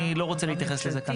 אני לא רוצה להתייחס לזה כאן.